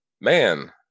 man